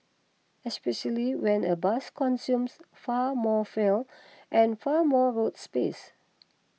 especially when a bus consumes far more fuel and far more road space